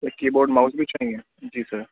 سر keyboard mouse بھی چاہیے جی سر